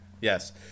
Yes